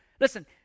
Listen